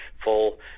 full